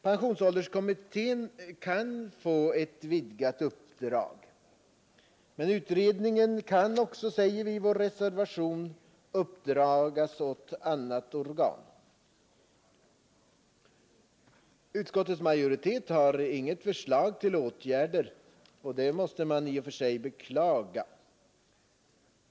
Pensionsålderskommittén kan få ett vidgat uppdrag, men utredningsarbetet kan också, säger vi i vår reservation, uppdras åt annat organ. Utskottets majoritet har inte något förslag till åtgärder, och det måste man beklaga.